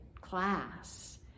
class